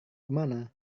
kemana